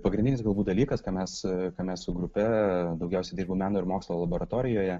pagrindinis galbūt dalykas ką mes ką mes su grupe daugiausiai dirbu meno ir mokslo laboratorijoje